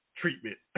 treatment